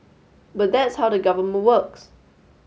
but that's how the government works